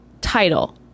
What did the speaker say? title